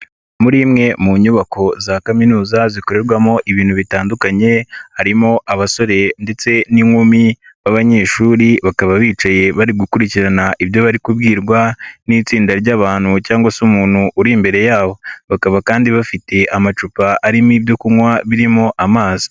Muri imwe mu nyubako za kaminuza zikorerwamo ibintu bitandukanye harimo abasore ndetse n'inkumi b'abanyeshuri bakaba bicaye bari gukurikirana ibyo bari kubwirwa n'itsinda ry'abantu cyangwa se umuntu uri imbere yabo, bakaba kandi bafite amacupa arimo ibyo kunywa birimo amazi.